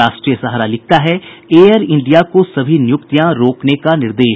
राष्ट्रीय सहारा लिखता है एयर इंडिया को सभी नियुक्तियां रोकने का निर्देश